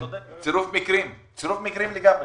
צירוף מקרים לגמרי.